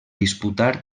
disputar